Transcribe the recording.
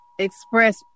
Express